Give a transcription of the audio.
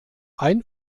ein